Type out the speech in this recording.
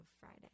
Friday